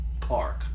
park